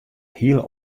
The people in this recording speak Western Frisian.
hiele